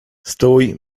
stój